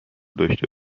داشته